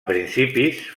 principis